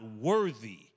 worthy